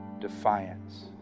defiance